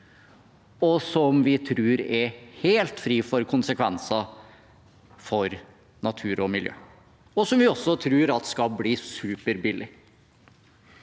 som vi tror er helt fri for konsekvenser for natur og miljø, og som vi også tror at skal bli superbillig.